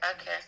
okay